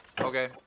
Okay